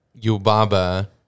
Yubaba